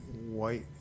white